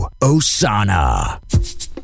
Osana